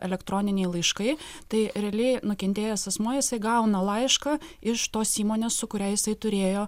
elektroniniai laiškai tai realiai nukentėjęs asmuo jisai gauna laišką iš tos įmonės su kuria jisai turėjo